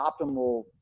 optimal